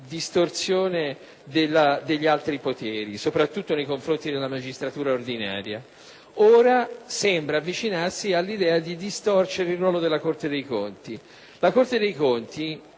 La Corte dei conti